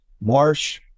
Marsh